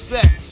Sex